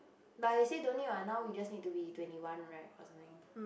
but it say don't need what now we just need to be twenty one right or something